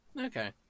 Okay